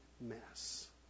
mess